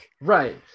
Right